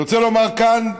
אני רוצה לומר כאן,